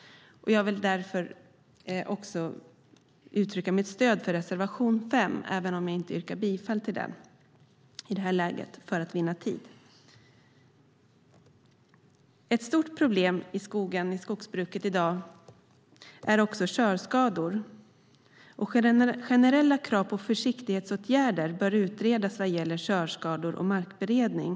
Jag vill därför uttrycka mitt stöd för reservation 5 även om jag, för tids vinnande, inte yrkar bifall till den. Ett stort problem i skogsbruket är körskador. Generella krav på försiktighetsåtgärder bör utredas vad gäller körskador och markberedning.